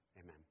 amen